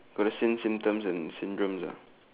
got the same symptoms and syndromes lah